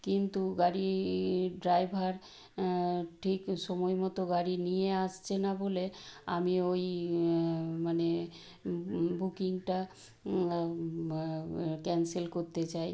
কিন্তু গাড়ির ড্রাইভার ঠিক সময়মতো গাড়ি নিয়ে আসছে না বলে আমি ওই মানে বুকিংটা ক্যানসেল করতে চাই